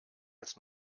als